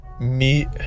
meet